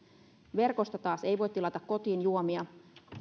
verkosta taas ei voi tilata kotiin juomia